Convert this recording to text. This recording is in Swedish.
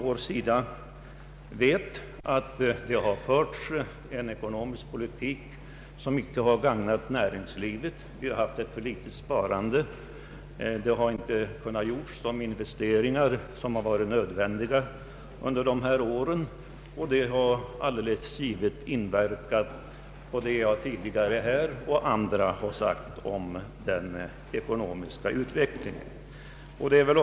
Vi vet att det har förts en ekonomisk politik, som inte gagnat näringslivet. Sparandet har varit för dåligt. Nödvändiga investeringar har inte kunnat göras under dessa år. Detta har givetvis påverkat den ekonomiska utvecklingen, vilket jag och även andra talare tidigare har omnämnt.